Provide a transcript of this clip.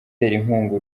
inkunga